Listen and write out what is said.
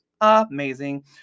amazing